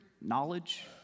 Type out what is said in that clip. knowledge